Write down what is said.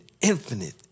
infinite